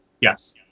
yes